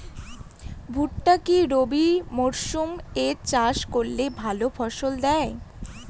ভুট্টা কি রবি মরসুম এ চাষ করলে ভালো ফলন দেয়?